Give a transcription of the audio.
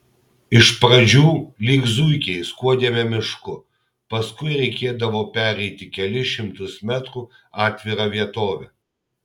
iš pradžių lyg zuikiai skuodėme mišku paskui reikėdavo pereiti kelis šimtus metrų atvira vietove